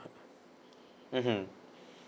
mmhmm